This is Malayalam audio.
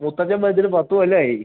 മുത്തച്ഛൻ മരിച്ചിട്ട് പത്ത് കൊല്ലമായി